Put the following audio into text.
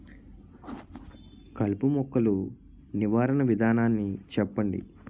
కలుపు మొక్కలు నివారణ విధానాన్ని చెప్పండి?